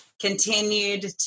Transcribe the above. continued